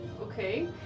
Okay